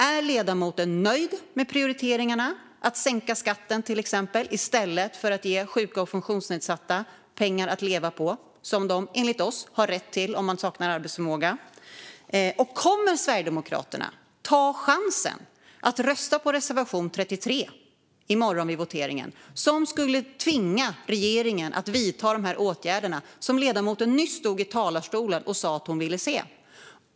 Är ledamoten nöjd med prioriteringarna - till exempel att sänka skatten i stället för att ge sjuka och funktionsnedsatta pengar att leva på, som man enligt oss har rätt till om man saknar arbetsförmåga - och kommer Sverigedemokraterna att ta chansen att rösta på reservation 33 i morgon vid voteringen, vilket skulle tvinga regeringen att vidta de åtgärder som ledamoten nyss stod i talarstolen och sa att hon ville se?